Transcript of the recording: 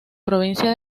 provincia